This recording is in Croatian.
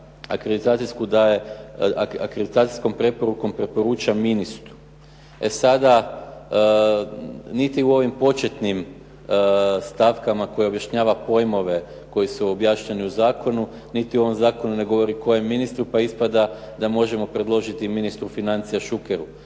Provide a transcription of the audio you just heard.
akreditacijskom preporukom preporuča ministru. E sada niti u ovim početnim stavkama koje objašnjava pojmove koji su objašnjeni u zakonu, niti u ovom zakonu ne govori kojem ministru pa ispada da možemo predložiti ministru financija Šukeru,